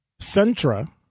Centra